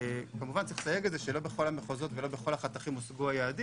כמובן שצריך לסייג את זה שלא בכל המחוזות ולא בכל החתכים הושגו היעדים